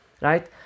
right